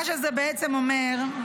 מה שזה בעצם אומר,